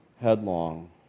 headlong